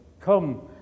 come